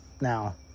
Now